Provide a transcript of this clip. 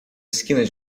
esquina